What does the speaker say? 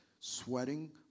sweating